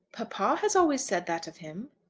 papa has always said that of him.